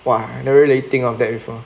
!wah! never really think of that before